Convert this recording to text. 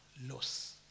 loss